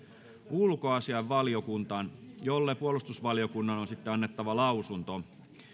ulkoasiainvaliokuntaan jolle puolustusvaliokunnan on annettava lausunto